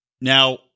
Now